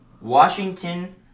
Washington